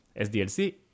SDLC